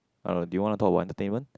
uh do you want to talk about entertainment